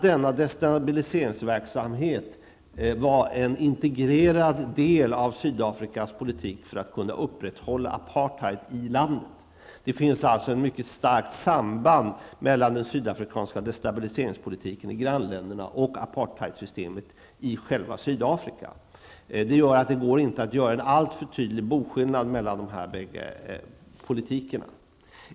Denna destabiliseringsverksamhet var en integrerad del av Sydafrikas politik för att kunna upprätthålla apartheid i landet. Det finns alltså ett mycket starkt samband mellan den sydafrikanska destabiliseringspolitiken i grannländerna och apartheidsystemet i själva Sydafrika. Det innebär att det inte går att göra en alltför tydlig boskillnad mellan dessa båda grenar av politiken.